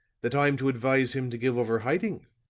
that i'm to advise him to give over hiding?